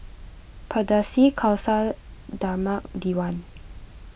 Pardesi Khalsa Dharmak Diwan